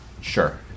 Sure